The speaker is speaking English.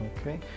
okay